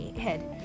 head